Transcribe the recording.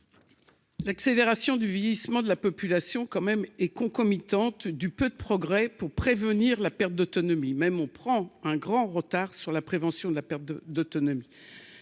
l'accélération du vieillissement de la population quand même et concomitante du peu de progrès pour prévenir la perte d'autonomie, même on prend un grand retard sur la prévention de la perte de d'autonomie